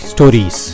Stories